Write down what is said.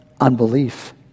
unbelief